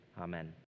Amen